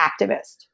activist